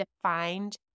defined